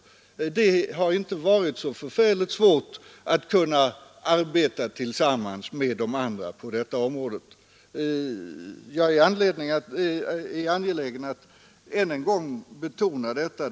Det har inte varit så förfärligt svårt att arbeta tillsammans med de övriga i utskottet på detta område. Jag är angelägen att ännu en gång betona detta.